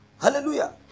Hallelujah